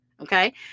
okay